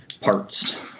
parts